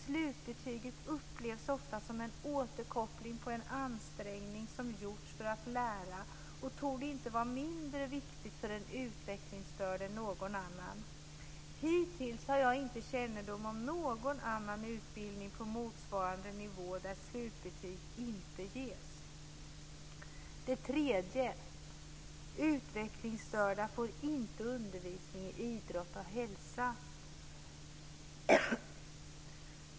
Slutbetyget upplevs ofta som en återkoppling på en ansträngning som gjorts för att lära och torde inte vara mindre viktigt för den utvecklingsstörde än någon annan. Hittills har jag inte kännedom om någon annan utbildning på motsvarande nivå där slutbetyg inte ges. 3. Utvecklingsstörda får inte undervisning i idrott och hälsa.